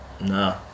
No